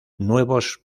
nuevos